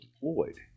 deployed